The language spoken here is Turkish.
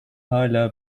hala